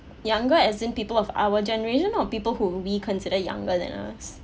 younger as in people of our generation or people who we consider younger than us